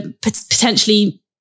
potentially